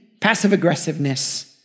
passive-aggressiveness